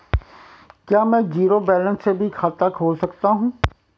क्या में zero balance से भी खाता खोल सकता हूँ?